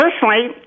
personally